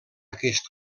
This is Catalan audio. aquest